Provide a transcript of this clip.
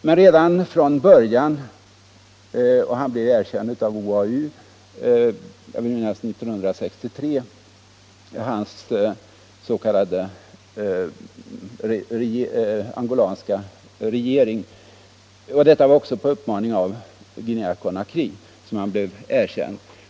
Jag vill minnas att hans s.k. angolanska regering blev erkänd av OAU redan 1963. Den blev erkänd på initiativ av Guinea-Conakry.